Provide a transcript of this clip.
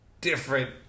different